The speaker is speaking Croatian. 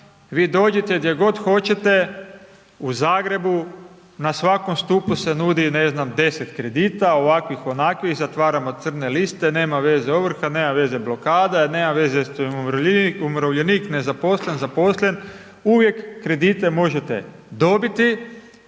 vi dođete gdje god hoćete, u Zagrebu, na svakom stupu se nudi, ne znam, 10 kredita, ovakvih, onakvih, zatvaramo crne liste, nema veze ovrha, nema veze blokada nema veze što je umirovljenik nezaposlen, zaposlen, uvijek kredite možete dobiti,